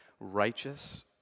righteous